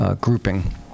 grouping